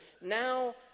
Now